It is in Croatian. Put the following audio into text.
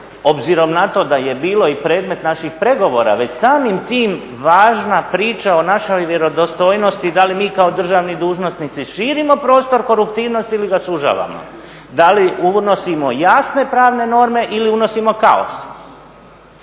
obzirom na to da je bilo i predmet naših pregovora već samim tim važna priča o našoj vjerodostojnosti da li mi kao državni dužnosnici širimo prostor koruptivnosti ili ga sužavamo. Da li unosimo jasne pravne norme ili unosimo kao.